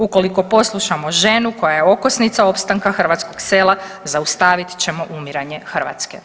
Ukoliko poslušamo ženu koja je okosnica opstanka hrvatskog sela zaustavit ćemo umiranje Hrvatske.